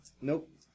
Nope